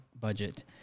budget